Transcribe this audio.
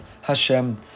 Hashem